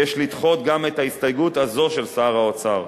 יש לדחות גם את ההסתייגות הזו של שר האוצר.